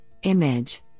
image